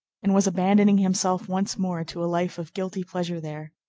and was abandoning himself once more to a life of guilty pleasure there.